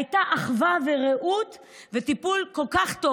הייתה אחווה ורעות וטיפול כל כך טוב.